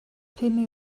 pum